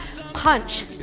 Punch